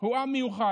הוא עם מיוחד,